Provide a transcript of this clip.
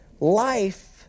Life